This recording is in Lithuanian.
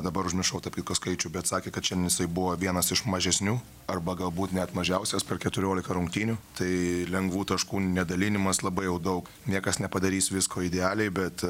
dabar užmiršau tarp kitko skaičių bet sakė kad šiandien jisai buvo vienas iš mažesnių arba galbūt net mažiausias per keturiolika rungtynių tai lengvų taškų nedalinimas labai jau daug niekas nepadarys visko idealiai bet